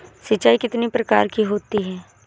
सिंचाई कितनी प्रकार की होती हैं?